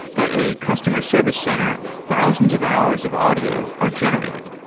at a customer service center, thousands of hours of audio are generated.